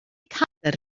cadair